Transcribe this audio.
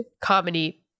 comedy